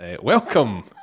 Welcome